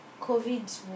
COVID